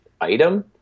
item